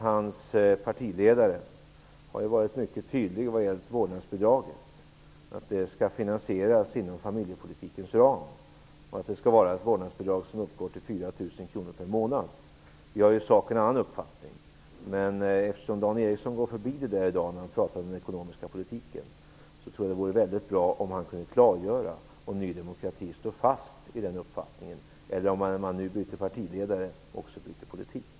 Hans partiledare har varit mycket tydlig när det gäller vårdnadsbidraget och sagt att det skall finansieras inom familjepolitikens ram och uppgå till 4 000 kr per månad. Vi har i sak en annan uppfattning. Dan Eriksson gick förbi frågan i dag när han talade om den ekonomiska politiken. Det vore väldigt bra om han kunde klargöra om Ny demokrati står fast vid sin uppfattning, eller om man också byter politik när man byter partiledare.